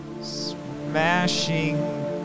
smashing